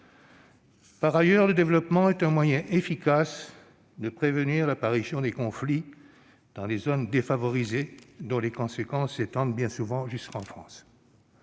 Par ailleurs, le développement est un moyen efficace de prévenir l'apparition, dans des zones défavorisées, de conflits dont les conséquences s'étendent bien souvent jusqu'en France.